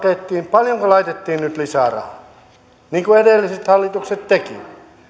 paljonko kreikka pakettiin laitettiin nyt lisää rahaa niin kuin edelliset hallitukset tekivät